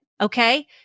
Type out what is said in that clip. okay